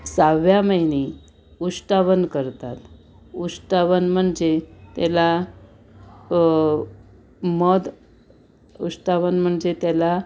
सहाव्या महिन्यात उष्टावण करतात उष्टावण म्हणजे त्याला मध उष्टावण म्हणजे त्याला